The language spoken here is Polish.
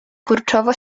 kurczowo